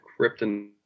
Krypton